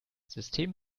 system